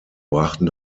brachten